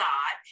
God